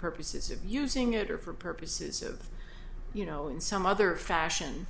purposes of using it or for purposes of you know in some other fashion